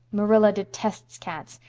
marilla detests cats,